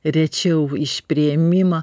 rečiau iš priėmimo